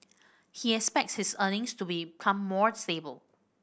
he expects his earnings to become more stable